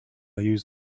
use